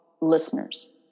listeners